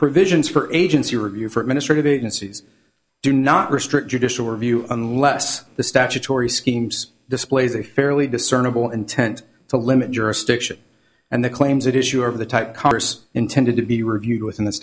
provisions for agency review for administrative agencies do not restrict judicial review unless the statutory schemes displays a fairly discernible intent to limit jurisdiction and the claims that issue of the type congress intended to be reviewed within the